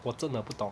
我真的不懂